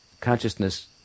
consciousness